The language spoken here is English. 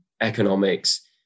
economics